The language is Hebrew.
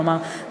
כלומר,